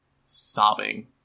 sobbing